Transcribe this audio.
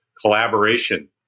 Collaboration